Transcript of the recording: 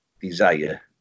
desire